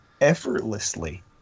effortlessly